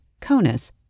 CONUS